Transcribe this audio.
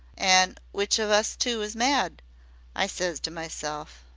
an' which of us two is mad i ses to myself.